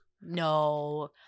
no